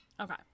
Okay